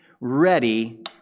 ready